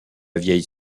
vieille